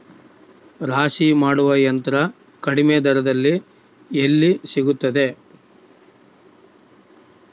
ರಾಶಿ ಮಾಡುವ ಯಂತ್ರ ಕಡಿಮೆ ದರದಲ್ಲಿ ಎಲ್ಲಿ ಸಿಗುತ್ತದೆ?